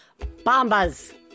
bombas